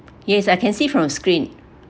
yes I can see from the screen